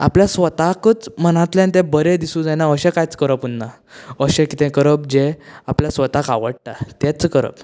आपल्या स्वताकच मनांतल्यान तें बरें दिसू जायना अशें कांयच करप उरना अशें कितें करप जें आपल्याक स्वताक आवडटा तेंच करप